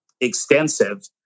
extensive